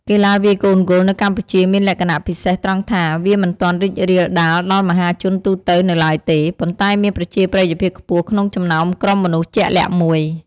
កីឡាវាយកូនហ្គោលនៅកម្ពុជាមានលក្ខណៈពិសេសត្រង់ថា វាមិនទាន់រីករាលដាលដល់មហាជនទូទៅនៅឡើយទេ ប៉ុន្តែមានប្រជាប្រិយភាពខ្ពស់ក្នុងចំណោមក្រុមមនុស្សជាក់លាក់មួយ។